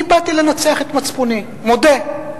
אני באתי לנצח את מצפוני, אני מודה.